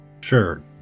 Sure